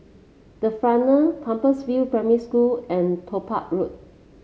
the Frontier Compassvale Primary School and Topaz Road